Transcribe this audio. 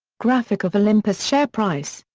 graphic of olympus share price.